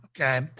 okay